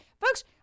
Folks